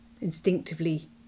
instinctively